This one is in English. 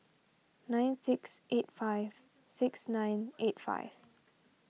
nine six eight five six nine eight five